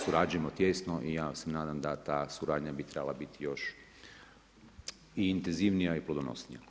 Surađujemo tijesno i ja se nadam da ta suradnja bi trebala biti još i intenzivnija i plodonosnija.